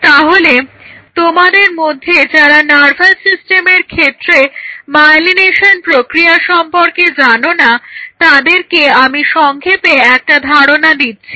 তাহলে তোমাদের মধ্যে যারা নার্ভাস সিস্টেমের ক্ষেত্রে মায়েলিনেশন প্রক্রিয়া সম্পর্কে জানো না তাদেরকে আমি সংক্ষেপে একটা ধারণা দিচ্ছি